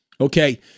okay